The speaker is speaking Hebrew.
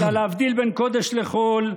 אלא להבדיל בין קודש לחול,